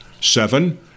Seven